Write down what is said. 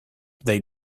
they